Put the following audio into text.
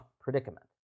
predicament